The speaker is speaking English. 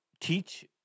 teach